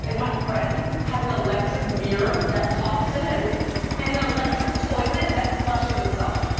and my friend has an electric mirror that talks to him and an electric toilet that flushes itself.